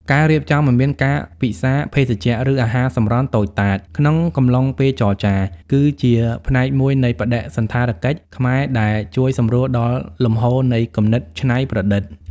ការរៀបចំឱ្យមានការពិសាភេសជ្ជៈ ឬអាហារសម្រន់តូចតាចក្នុងកំឡុងពេលចរចា គឺជាផ្នែកមួយនៃបដិសណ្ឋារកិច្ចខ្មែរដែលជួយសម្រួលដល់លំហូរនៃគំនិតច្នៃប្រឌិត។